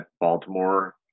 Baltimore